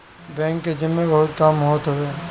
bank के जिम्मे बहुते काम होत हवे